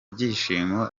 byishimo